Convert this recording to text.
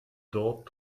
dort